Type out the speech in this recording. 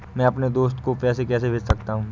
मैं अपने दोस्त को पैसे कैसे भेज सकता हूँ?